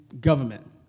government